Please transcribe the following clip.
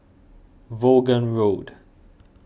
Vaughan Road